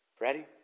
Ready